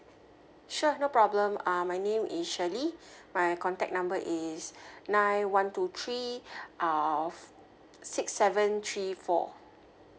sure no problem uh my name is S H I R L E Y my contact number is nine one two three uh six seven three four